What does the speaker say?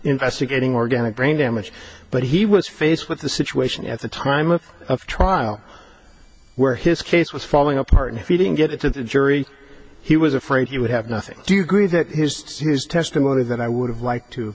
investigating organic brain damage but he was faced with the situation at the time of trial where his case was falling apart if you didn't get it to the jury he was afraid he would have nothing do you agree that his his testimony that i would have liked to